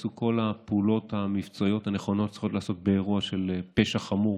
נעשו כל הפעולות המבצעיות הנכונות שצריכות להיעשות באירוע של פשע חמור.